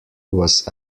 was